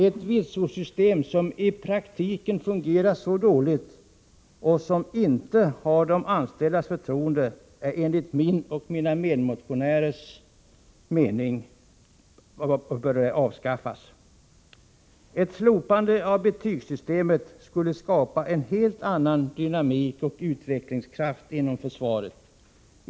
Ett vitsordssystem som i praktiken fungerar så dåligt och som inte har de anställdas förtroende bör enligt min och mina medmotionärers mening avskaffas. Ett slopande av betygssystemet skulle skapa en helt annan dynamik och utvecklingskraft inom försvaret.